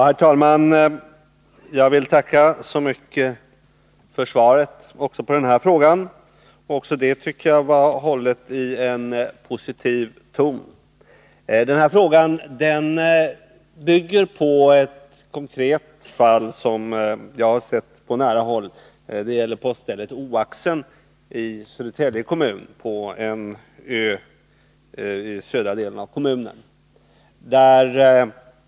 Herr talman! Jag vill tacka så mycket för svaret också på den här frågan. Även det svaret tycker jag är hållet i en positiv ton. Den här frågan bygger på ett konkret fall, som jag har sett på nära håll. Det gäller poststället Oaxen i Södertälje kommun, på en ö i södra delen av kommunen.